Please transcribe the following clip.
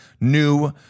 new